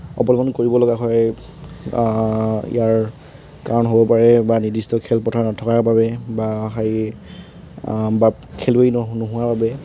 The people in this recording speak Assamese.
অৱলম্বন কৰিবলগা হয় ইয়াৰ কাৰণ হ'ব পাৰে নিৰ্দিষ্ট খেলপথাৰ নথকাৰ বাবে বা হেৰি বাট খেলুৱৈ নোহো নোহোৱাৰ বাবে